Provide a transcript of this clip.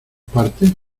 parte